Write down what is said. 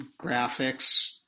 graphics